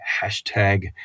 hashtag